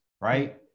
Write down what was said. right